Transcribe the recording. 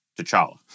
T'Challa